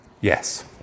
yes